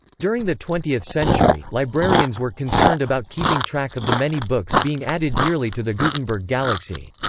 during the twentieth century, librarians were concerned about keeping track of the many books being added yearly to the gutenberg galaxy.